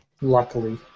Luckily